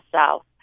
South